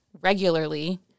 regularly